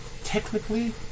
technically